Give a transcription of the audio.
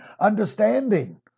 understanding